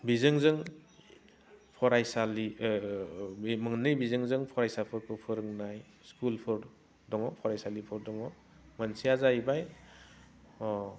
बिजोंजों फराइसालि औ बे मोन्नै बिजोंजों फरायसाफोरखौ फोरोंनाय स्कुलफोर दङ फराइसालिफोर दङ मोनसेया जाहैबाय